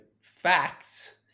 facts